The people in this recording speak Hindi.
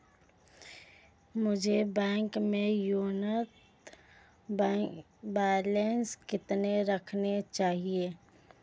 मुझे बैंक में न्यूनतम बैलेंस कितना रखना चाहिए?